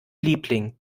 liebling